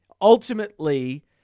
ultimately